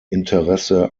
interesse